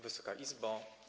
Wysoka Izbo!